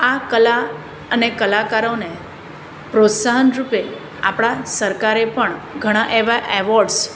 આ કલા અને કલાકારોને પ્રોત્સાહનરૂપે આપણા સરકારે પણ ઘણા એવા એવોર્ડસ